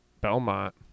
Belmont